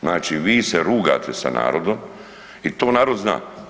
Znači vi se rugate sa narodom i to narod zna.